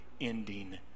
ending